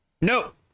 Nope